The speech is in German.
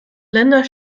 länder